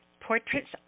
Portraits